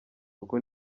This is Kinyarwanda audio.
uku